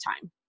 time